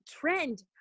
Trend